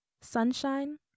Sunshine